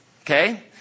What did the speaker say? okay